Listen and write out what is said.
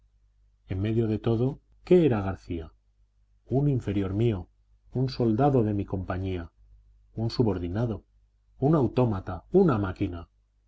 en medio de todo qué era garcía un inferior mío un soldado de mi compañía un subordinado un autómata una máquina